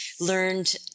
learned